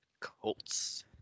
Colts